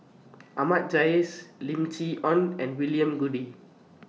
Ahmad Jais Lim Chee Onn and William Goode